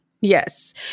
Yes